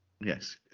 Yes